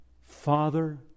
Father